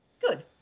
Good